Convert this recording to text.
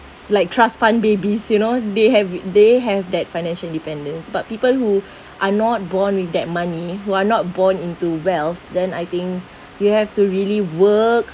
like trust fund babies you know they have it they have that financial dependence but people who are not born with that money who are not born into wealth then I think you have to really work